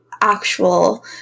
actual